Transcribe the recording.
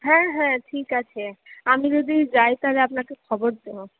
হ্যাঁ হ্যাঁ ঠিক আছে আমি যদি যাই তাহলে আপনাকে খবর দেবো